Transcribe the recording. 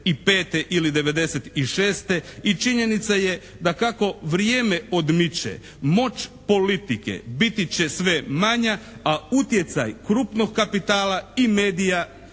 '95. ili '96. i činjenica je da kako vrijeme odmiče. Moć politike biti će sve manja, a utjecaj krupnog kapitala i medija